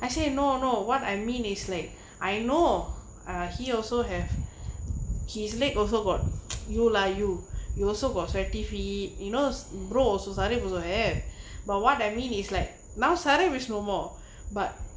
I said no no what I mean is like I know err he also have his leg also got you lah you you also got sweaty feet you knows eyebrows was சரி:sari put hair but what I mean is like now which more but